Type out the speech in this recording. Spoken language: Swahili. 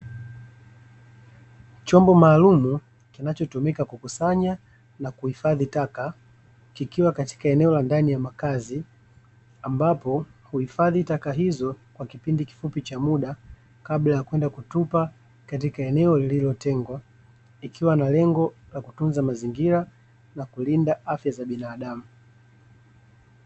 Chombo maalumu kinachotumika kukusanya na kuhifadhi taka, kikiwa katika eneo la ndani ya makazi, ambapo huhifadhi taka hizo kwa kipindi kifupi cha muda, kabla ya kwenda kutupa katika eneo lilotengwa; ikiwa na lengo la kutunza mazingira na kulinda afya za binadamu.